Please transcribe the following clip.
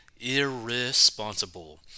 irresponsible